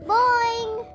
Boing